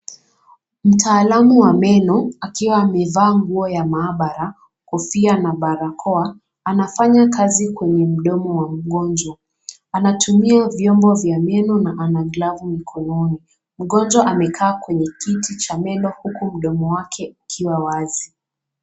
Mtaalamu wa meno akiwa amevaa nguo ya maabara, kofia na barakoa anafanya kazi kwenye mdomo wa mgonjwa. Anatumia vyombo vya meno na ana glavu mkononi. Mgonjwa amekaa kwenye kiti cha meno huku mdomo wake ikiwa wazi.